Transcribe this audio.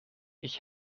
ich